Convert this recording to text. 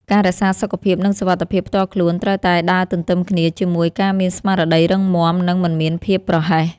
ការរក្សាសុខភាពនិងសុវត្ថិភាពផ្ទាល់ខ្លួនត្រូវតែដើរទន្ទឹមគ្នាជាមួយការមានស្មារតីរឹងមាំនិងមិនមានភាពប្រហែស។